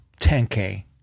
10K